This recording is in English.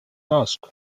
asked